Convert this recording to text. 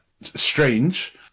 Strange